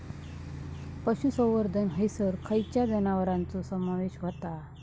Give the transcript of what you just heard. पशुसंवर्धन हैसर खैयच्या जनावरांचो समावेश व्हता?